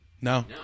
No